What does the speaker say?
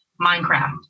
Minecraft